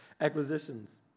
acquisitions